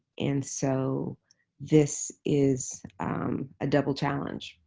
and so this is a double challenge.